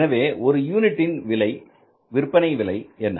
எனவே ஒரு யூனிட்டின் விற்பனை விலை என்ன